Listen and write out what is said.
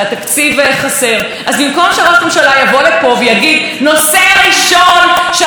החורף זה לבוא ולראות איך אנחנו כממשלה מיישמים ומאמצים את הידע,